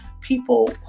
people